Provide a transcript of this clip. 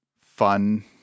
fun